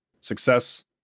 success